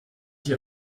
hier